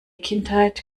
kindheit